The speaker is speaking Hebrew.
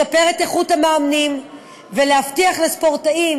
לשפר את איכות המאמנים ולהבטיח לספורטאים